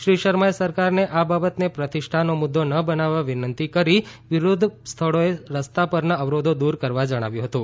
શ્રી શર્માએ સરકારને આ બાબતને પ્રતિષ્ઠાનો મુદ્દો ન બનાવવા વિનંતી કરી વિરોધ પ્રદર્શન સ્થળોએ રસ્તા પરના અવરોધો દૂર કરવા જણાવ્યું હતું